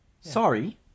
Sorry